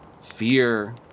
fear